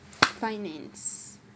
finance